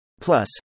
Plus